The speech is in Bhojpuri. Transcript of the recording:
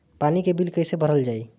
पानी के बिल कैसे भरल जाइ?